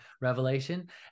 Revelation